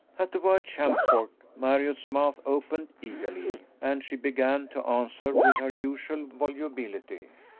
at the word champfort, marriott's mouth opened eagerly, and she began to answer with her usual volubility.